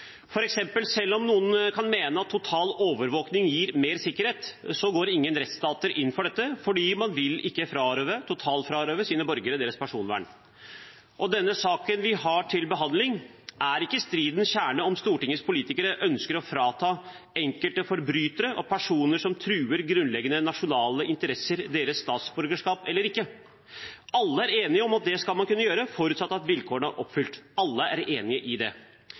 eksempel: Selv om noen kan mene at total overvåkning gir mer sikkerhet, går ingen rettsstater inn for dette, fordi man ikke vil totalfrarøve sine borgere deres personvern. I den saken vi har til behandling, er ikke stridens kjerne om Stortingets politikere ønsker å frata enkelte forbrytere og personer som truer grunnleggende nasjonale interesser, deres statsborgerskap eller ikke. Alle er enige om at det skal man kunne gjøre, forutsatt at vilkårene er oppfylt. Alle er enig i det.